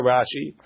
Rashi